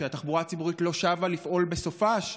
שהתחבורה הציבורית לא שבה לפעול בסופ"ש?